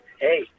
Hey